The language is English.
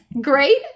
great